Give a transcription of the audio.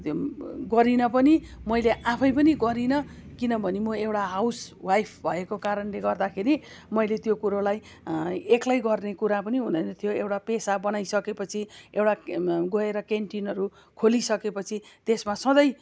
त्यो गरिनँ पनि मैले आफै पनि गरिनँ किनभने म एउटा हाउस वाइफ भएको कारणले गर्दाखेरि मैले त्यो कुरोलाई एक्लै गर्ने कुरो पनि हुँदैनथ्यो एउटा पेसा बनाइसकेपछि एउटा गएर क्यान्टिनहरू खोलिसके पछि त्यसमा सधैँ